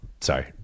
sorry